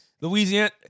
Louisiana